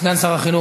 בעשור האחרון,